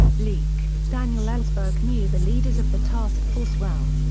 leak daniel ellsberg knew the leaders of the task force well.